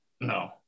No